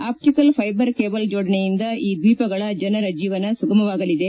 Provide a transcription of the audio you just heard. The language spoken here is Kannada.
ಅಪ್ಷಿಕಲ್ ಫೈಬರ್ ಕೇಬಲ್ ಜೋಡಣೆಯಿಂದ ಈ ದ್ವೀಪಗಳ ಜನರ ಜೀವನ ಸುಗಮವಾಗಲಿದೆ